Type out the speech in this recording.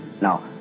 Now